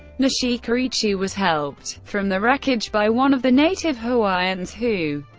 nishikaichi was helped from the wreckage by one of the native hawaiians, who,